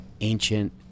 ancient